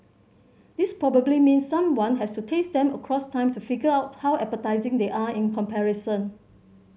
this probably means someone has to taste them across time to figure out how appetising they are in comparison